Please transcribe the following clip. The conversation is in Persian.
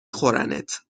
خورنت